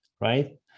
right